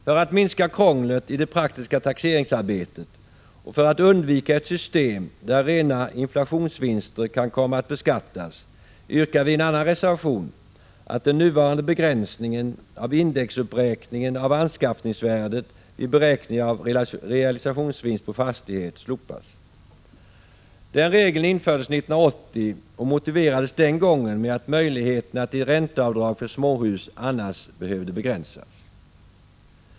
För att minska krånglet i det praktiska taxeringsarbetet och för att undvika ett system där rena inflationsvinster kan komma att beskattas yrkar vi i en reservation att den nuvarande begränsningen av indexuppräkningen av anskaffningsvärdet vid beräkning av realisationsvinst på fastighet slopas. Den regeln infördes 1980 och motiverades den gången med att möjligheterna till ränteavdrag för småhus annars behövde begränsas.